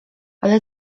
ale